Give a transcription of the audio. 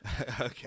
Okay